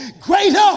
Greater